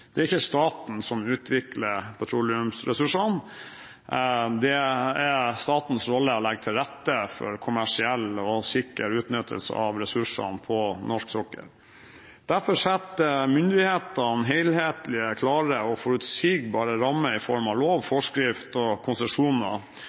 Det er ikke staten som utvikler petroleumsressursene. Det er statens rolle å legge til rette for kommersiell og sikker utnyttelse av ressursene på norsk sokkel. Derfor setter myndighetene helhetlige, klare og forutsigbare rammer i form av lover, forskrifter og konsesjoner,